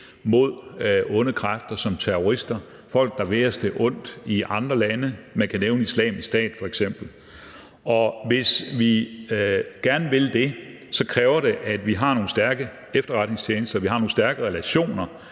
imod onde kræfter som terrorister, folk, der vil os det ondt, i andre lande. Man kan f.eks. nævne Islamisk Stat. Hvis vi gerne vil det, kræver det, at vi har nogle stærke efterretningstjenester, at vi har nogle stærke relationer